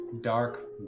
dark